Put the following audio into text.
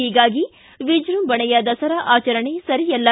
ಹೀಗಾಗಿ ವಿಜೃಂಭಣೆಯ ದಸರಾ ಆಚರಣೆ ಸರಿಯಲ್ಲ